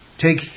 take